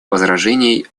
возражений